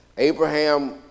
Abraham